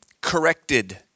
corrected